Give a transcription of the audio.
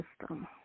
system